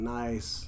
nice